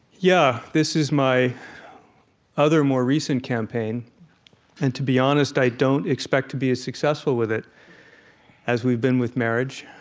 yeah. this is my other more recent campaign and, to be honest, i don't expect to be as successful with it as we've been with marriage,